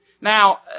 Now